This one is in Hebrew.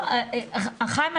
חיים,